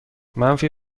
منفی